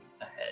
ahead